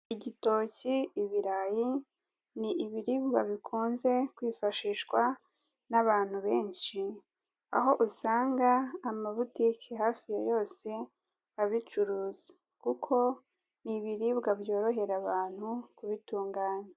Igitoki, ibirayi, ni ibiribwa bikunze kwifashishwa n'abantu benshi, aho usanga amabutiki hafi ya yose abicuruza kuko ni ibiribwa byorohera abantu kubitunganya.